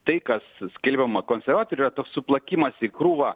tai kas su skelbiama konservatorių yra toks suplakimas į krūvą